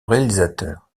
réalisateur